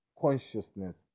consciousness